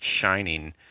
shining